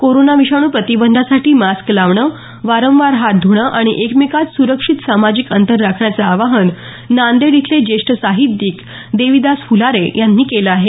corona विषाणू प्रतिबंधासाठी mask लावणं वारंवार हात ध्रणं आणि एकमेकात सुरक्षित सामाजिक अंतर राखण्याचं आवाहन नांदेड इथले ज्येष्ठ साहित्यक देविदास फुलारे यांनी केलं आहे